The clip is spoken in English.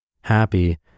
happy